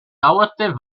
dauerte